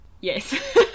Yes